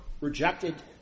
rejected